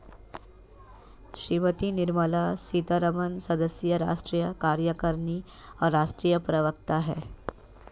श्रीमती निर्मला सीतारमण सदस्य, राष्ट्रीय कार्यकारिणी और राष्ट्रीय प्रवक्ता हैं